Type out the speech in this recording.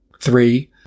Three